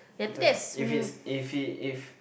it's a if it's if it if